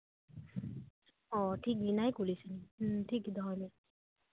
ᱚ ᱴᱷᱤᱠ ᱜᱮᱭᱟ ᱚᱱᱟ ᱜᱮ ᱠᱩᱞᱤ ᱥᱟᱱᱟᱧ ᱠᱟᱱᱟ ᱦᱩᱸ ᱴᱷᱤᱠᱜᱮᱭᱟ ᱫᱚᱦᱚᱭ ᱢᱮ